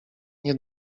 nie